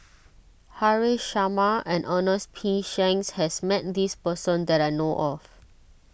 Haresh Sharma and Ernest P Shanks has met this person that I know of